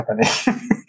happening